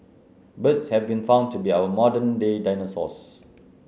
birds have been found to be our modern day dinosaurs